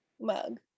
mug